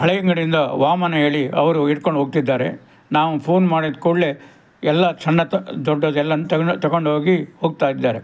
ಹಳೆಯಂಗಡಿಯಿಂದ ವಾಮನ್ ಹೇಳಿ ಅವರು ಹಿಡ್ಕೊಂಡು ಹೋಗ್ತಿದ್ದಾರೆ ನಾವು ಫೋನ್ ಮಾಡಿದ ಕೂಡಲೆ ಎಲ್ಲಾ ಸಣ್ಣದು ದೊಡ್ಡದ್ದೆಲ್ಲಾ ತಗೊಂಡೋಗಿ ಹೋಗ್ತಾ ಇದ್ದಾರೆ